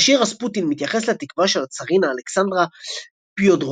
השיר "Rasputin" מתייחס לתקווה של הצארינה אלכסנדרה פיודורובנה